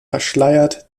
verschleiert